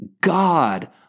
God